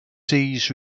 seas